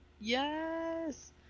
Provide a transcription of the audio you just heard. Yes